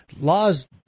laws